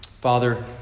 Father